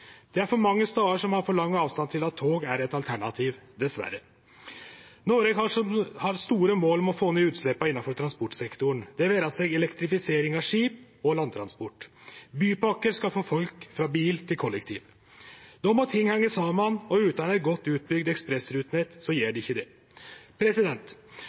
Det er for mange stader som har for lang avstand til at tog er eit alternativ – dessverre. Noreg har store mål om å få ned utsleppa innanfor transportsektoren, det vere seg elektrifisering av skip og landtransport. Bypakker skal få folk frå bil til kollektiv. Då må ting hengje saman, og utan eit godt utbygd ekspressrutenett gjer